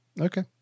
Okay